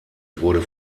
wurde